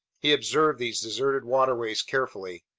he observed these deserted waterways carefully.